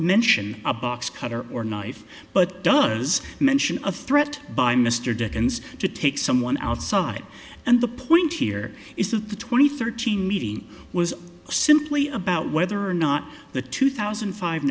mention a box cutter or knife but does mention a threat by mr dickens to take someone outside and the point here is that the twenty thirteen meeting was simply about whether or not the two thousand